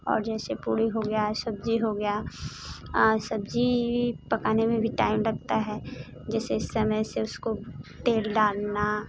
और जैसे पूरी हो गया सब्जी हो गया सब्जी पकाने में भी टाइम लगता है जैसे समय से उसको तेल डालना